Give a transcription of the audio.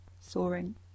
soaring